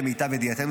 למיטב ידיעתנו,